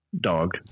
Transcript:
dog